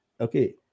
Okay